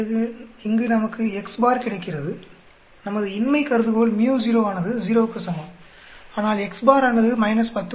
பிறகு இங்கு நமக்கு கிடைக்கிறது நமது இன்மை கருதுகோள் µ0 ஆனது ௦க்கு சமம் ஆனால் ஆனது 10